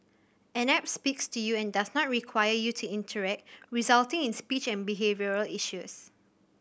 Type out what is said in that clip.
an app speaks to you and does not require you to interact resulting in speech and behavioural issues